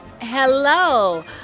Hello